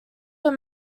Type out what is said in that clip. were